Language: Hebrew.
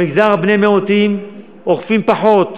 במגזר בני המיעוטים אוכפים פחות.